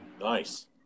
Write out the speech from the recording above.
Nice